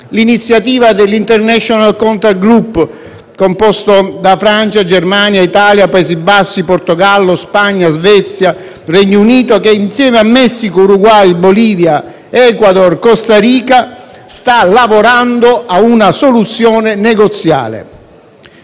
l'iniziativa dell'International contact group, composto da Francia, Germania, Italia, Paesi Bassi, Portogallo, Spagna, Svezia e Regno Unito che, insieme a Messico, Uruguay, Bolivia, Ecuador e Costa Rica, sta lavorando a una soluzione negoziale.